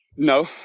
No